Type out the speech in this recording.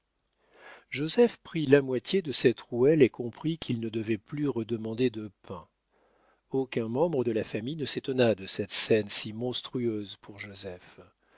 joseph prit la moitié de cette rouelle et comprit qu'il ne devait plus redemander de pain aucun membre de la famille ne s'étonna de cette scène si monstrueuse pour joseph